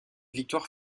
victoire